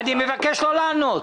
אני מבקש לא לענות.